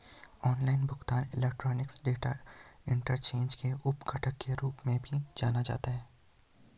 online भुगतान electronic data interchange के उप घटक के रूप में भी जाना जाता है